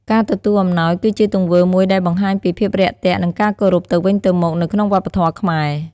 ការទទួលអំណោយគឺជាទង្វើមួយដែលបង្ហាញពីភាពរាក់ទាក់ និងការគោរពទៅវិញទៅមកនៅក្នុងវប្បធម៌ខ្មែរ។